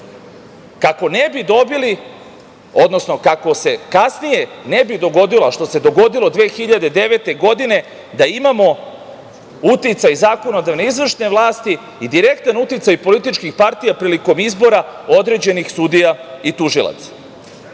kako ne bi dobili, odnosno kako se kasnije ne bi dogodilo, a što se dogodilo 2009. godine, da imamo uticaj zakonodavne, izvršne vlasti i direktan uticaj političkih partija prilikom izbora određenih sudija i tužilaca. Takođe,